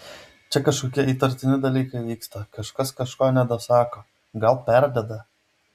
čia kažkokie įtartini dalykai vyksta kažkas kažko nedasako gal perdeda